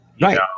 Right